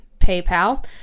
PayPal